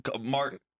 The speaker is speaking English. Mark